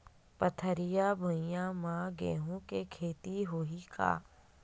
पथरिला भुइयां म गेहूं के खेती होही का?